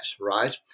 right